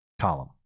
column